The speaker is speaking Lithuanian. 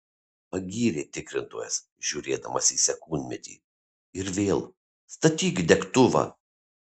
pagyrė tikrintojas žiūrėdamas į sekundmatį ir vėl statyk degtuvą